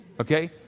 Okay